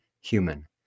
human